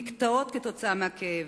נקטעות כתוצאה מהכאב,